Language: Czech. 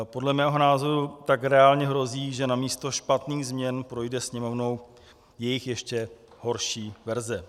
Podle mého názoru tak reálně hrozí, že namísto špatných změn projde Sněmovnou jejich ještě horší verze.